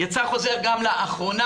יצא חוזר גם לאחרונה,